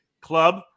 club